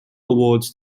awards